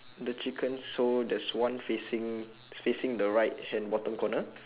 the chicken so there's one facing it's facing the right hand bottom corner